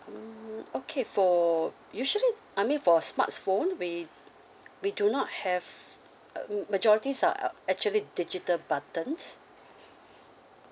mm okay for usually I mean for smarts phone we we do not have uh majorities are actually digital buttons